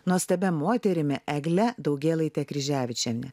nuostabia moterimi egle daugėlaite kryževičiene